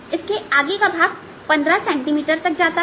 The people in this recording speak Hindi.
इसके आगे का भाग 15 सेंटीमीटर तक जाता है